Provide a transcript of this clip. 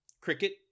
cricket